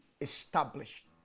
established